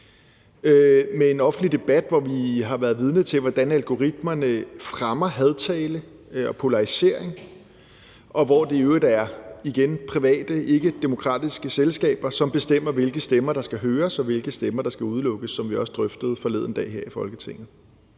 med en offentlig debat, hvor vi har været vidne til, at algoritmerne fremmer hadtale og polarisering, og hvor det i øvrigt igen er private ikkedemokratiske selskaber, som bestemmer, hvilke stemmer der skal høres, og hvilke stemmer der skal udelukkes, hvilket vi også drøftede forleden dag her i Folketinget;